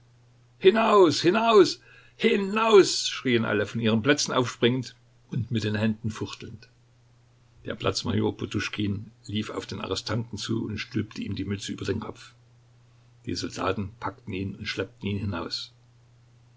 hinaus hinaus hinaus schrien alle von ihren plätzen aufspringend und mit den händen fuchtelnd der platz major poduschkin lief auf den arrestanten zu und stülpte ihm die mütze über den kopf die soldaten packten ihn und schleppten ihn hinaus